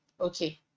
Okay